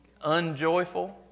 unjoyful